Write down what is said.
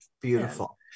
beautiful